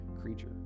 creature